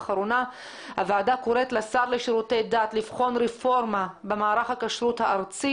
הוועדה קוראת לשר לשירותי דת לבחון רפורמה במערך הכשרות הארצי